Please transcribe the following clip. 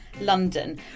London